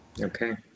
Okay